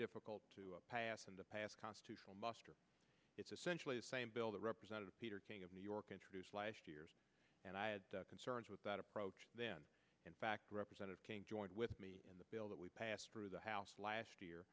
difficult to pass and to pass constitutional muster it's essentially the same bill that representative peter king of new york introduced last year and i had concerns with that approach then in fact representative king joined with me in the bill that we passed through the house last